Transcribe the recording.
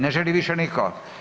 Ne želi više niko?